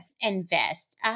Invest